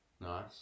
Nice